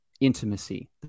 intimacy